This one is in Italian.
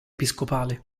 episcopale